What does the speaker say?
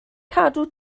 cadw